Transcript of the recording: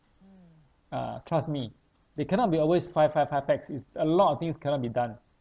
uh trust me there cannot be always five five five pax is a lot of things cannot be done